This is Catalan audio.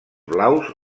blaus